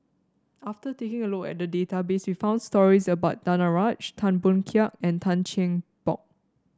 after taking a look at the database we found stories about Danaraj Tan Boon Teik and Tan Cheng Bock